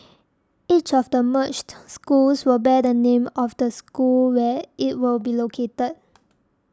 each of the merged schools will bear the name of the school where it will be located